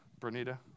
Bernita